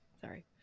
Sorry